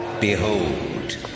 Behold